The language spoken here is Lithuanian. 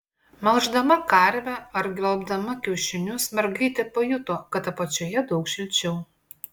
melždama karvę ar gvelbdama kiaušinius mergaitė pajuto kad apačioje daug šilčiau